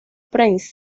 prince